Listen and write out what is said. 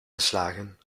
geslagen